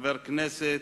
כחבר הכנסת,